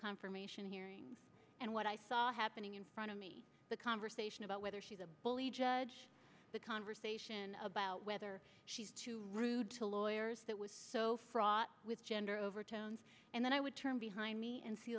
confirmation hearing and what i saw happening in front of me the conversation about whether she's a bully judge the conversation about whether she's too rude to lawyers that was so fraught with gender overtones and then i would turn behind me and see